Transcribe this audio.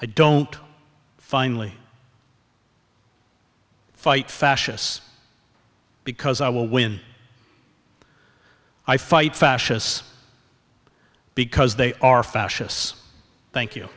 i don't finally fight fascists because i will when i fight fascists because they are fascists thank you